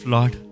Lord